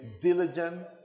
diligent